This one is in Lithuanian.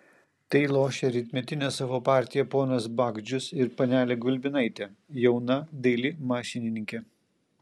tai lošia rytmetinę savo partiją ponas bagdžius ir panelė gulbinaitė jauna daili mašininkė